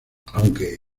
aunque